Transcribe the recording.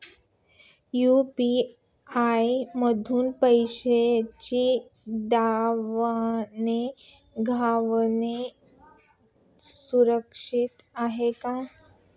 UPI मधून पैशांची देवाण घेवाण सुरक्षित आहे का?